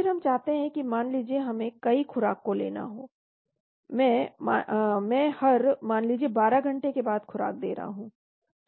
फिर हम चाहते हैं कि मान लीजिए हमें कई खुराक को लेना हो मैं हर मान लीजिए 12 घंटे के बाद खुराक दे रहा हूं